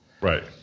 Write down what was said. Right